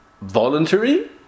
voluntary